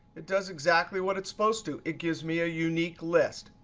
it does exactly what it's supposed to it gives me a unique list.